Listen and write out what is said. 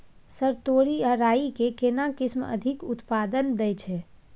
Sir तोरी आ राई के केना किस्म अधिक उत्पादन दैय छैय?